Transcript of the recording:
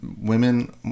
women